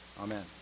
Amen